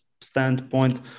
standpoint